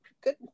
good